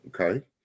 Okay